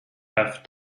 have